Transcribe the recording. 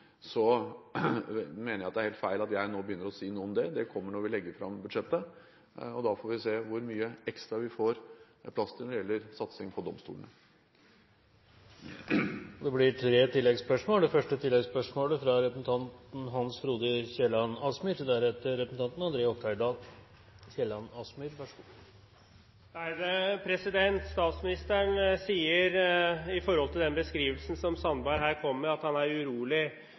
mener jeg det er helt feil at jeg nå begynner å si noe om det. Det kommer når vi legger fram budsjettet, og da får vi se hvor mye ekstra vi får plass til når det gjelder satsing på domstolene. Det blir gitt anledning til tre oppfølgingsspørsmål – først Hans Frode Kielland Asmyhr. Statsministeren sier i forhold til den beskrivelsen som Sandberg her kom med, at han er urolig,